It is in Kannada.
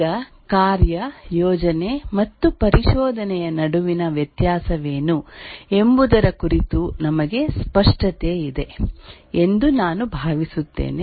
ಈಗ ಕಾರ್ಯ ಯೋಜನೆ ಮತ್ತು ಪರಿಶೋಧನೆಯ ನಡುವಿನ ವ್ಯತ್ಯಾಸವೇನು ಎಂಬುದರ ಕುರಿತು ನಮಗೆ ಸ್ಪಷ್ಟತೆ ಇದೆ ಎಂದು ನಾನು ಭಾವಿಸುತ್ತೇನೆ